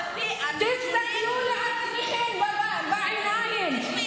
מה קרה שמעלים זעקה של העניים ומדברים